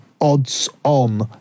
odds-on